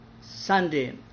Sunday